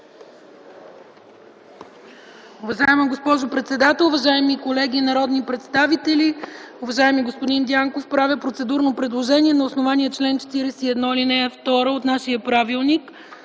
Уважаема госпожо председател, уважаеми колеги народни представители, уважаеми господин Дянков! Правя процедурно предложение на основание чл. 41, ал. 2 от нашия правилник